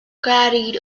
carried